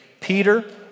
Peter